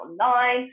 online